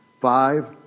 five